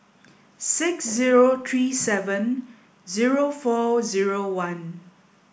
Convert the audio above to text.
six zero three seven zero four zero one